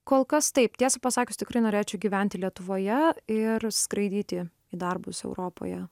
kol kas taip tiesą pasakius tikrai norėčiau gyventi lietuvoje ir skraidyti į darbus europoje